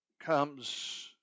comes